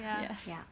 Yes